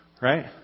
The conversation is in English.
right